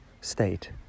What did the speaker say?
state